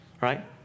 right